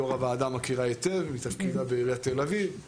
הוריד את תנאי הסף בשיטור העירוני ל-16,000 תושבים,